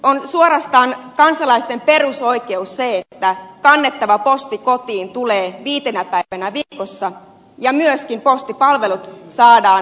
on suorastaan kansalaisten perusoikeus se että kannettava posti kotiin tulee viitenä päivänä viikossa ja myöskin postipalvelut saadaan varsin läheltä